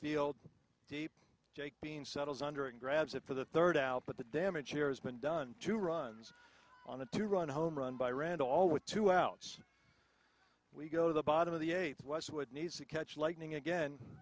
field deep jake bean settles under and grabs it for the third out but the damage here has been done two runs on a two run home run by rand all with two outs we go to the bottom of the eighth westwood need to catch lightning again